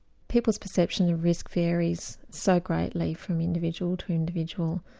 people's perception of risk varies so greatly from individual to individual.